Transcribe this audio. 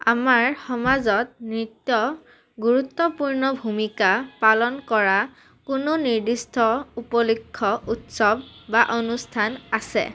আমাৰ সমাজত নৃত্য গুৰুত্বপূৰ্ণ ভূমিকা পালন কৰা কোনো নিৰ্দিষ্ট উপলক্ষ উৎসৱ বা অনুষ্ঠান আছে